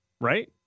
right